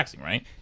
right